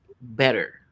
better